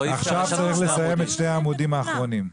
עכשיו צריך לסיים את שני העמודים האחרונים.